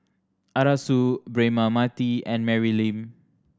Arasu Braema Mathi and Mary Lim